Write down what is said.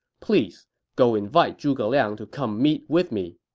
please go invite zhuge liang to come meet with me.